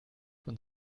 von